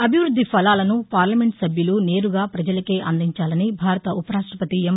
అభివృద్ది ఫలాలను పార్లమెంటు సభ్యులు నేరుగా పజలకే అందించాలని భారత ఉప రాష్టపతి ఎం